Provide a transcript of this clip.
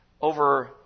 over